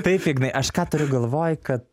taip ignai aš ką turiu galvoj kad